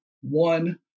one